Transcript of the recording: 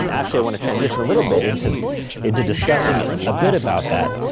and actually, i wanna transition a little bit into into discussing a ah bit about that.